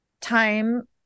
time